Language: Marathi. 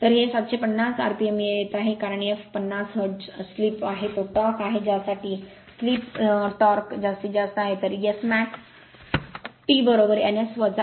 तर हे 750 rpm वर येत आहे कारण एफ 50० हर्ट्ज स्लिप आहे तो टॉर्क आहे ज्यासाठी स्लिप ज्यासाठी टॉर्क जास्तीत जास्त आहे तर Smax Tn S nn S